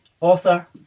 author